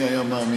מי היה מאמין,